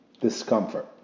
discomfort